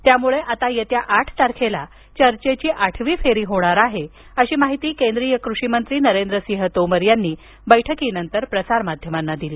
त्यामुळे आता येत्या आठ तारखेला चर्चेची आठवी फेरी होणार आहे अशी माहिती केंद्रीय कृषिमंत्री नरेंद्रसिंह तोमर यांनी बैठकीनंतर प्रसारमाध्यमांना दिली